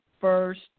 first